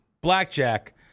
Blackjack